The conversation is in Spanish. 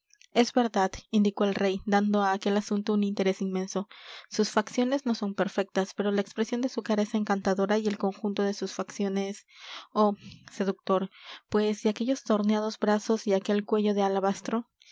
en verdad indicó el rey dando a aquel asunto un interés inmenso sus facciones no son perfectas pero la expresión de su cara es encantadora y el conjunto de sus facciones oh seductor pues y aquellos torneados brazos y aquel cuello de alabastro